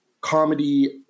comedy